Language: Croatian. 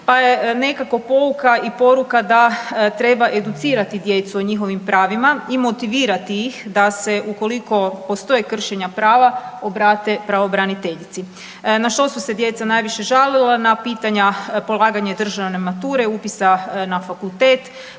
pa je nekako pouka i poruka da treba educirati djecu o njihovim pravima i motivirati ih da se ukoliko postoje kršenja prava obrate pravobraniteljici. Na što su se djeca najviše žalila? Na pitanja polaganje državne mature, upisa na fakultet,